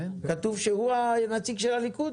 כתוב שהוא הנציג של הליכוד?